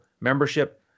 membership